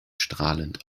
strahlend